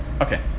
Okay